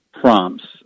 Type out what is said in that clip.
prompts